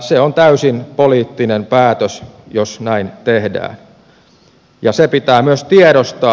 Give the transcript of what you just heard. se on täysin poliittinen päätös jos näin tehdään ja se pitää myös tiedostaa